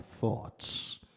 thoughts